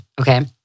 okay